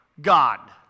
God